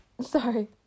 sorry